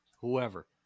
whoever